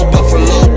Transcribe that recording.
Buffalo